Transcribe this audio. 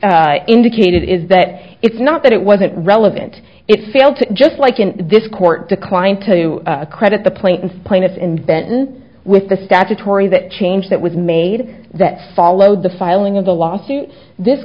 indicated is that it's not that it wasn't relevant it failed to just like in this court declined to credit the plaintiff plaintiff in benton with the statutory that change that was made that followed the filing of the lawsuit this